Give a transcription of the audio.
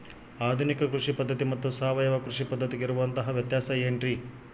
ಆಧುನಿಕ ಕೃಷಿ ಪದ್ಧತಿ ಮತ್ತು ಸಾವಯವ ಕೃಷಿ ಪದ್ಧತಿಗೆ ಇರುವಂತಂಹ ವ್ಯತ್ಯಾಸ ಏನ್ರಿ?